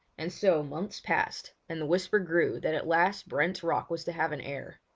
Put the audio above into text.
and so months passed and the whisper grew that at last brent's rock was to have an heir.